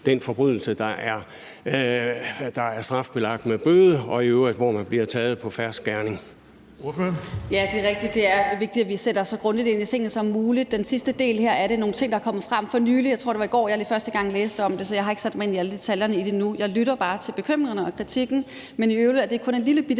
den forbrydelse, der er strafbelagt med bøde, og hvor man i øvrigt bliver taget på fersk gerning.